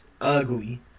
ugly